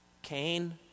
Cain